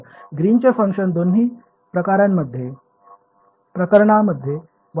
तर ग्रीनचे फंक्शन दोन्ही प्रकरणांमध्ये वापरले जाते